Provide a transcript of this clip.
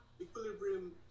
equilibrium